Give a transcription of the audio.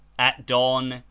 at dawn,